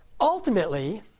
Ultimately